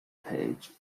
page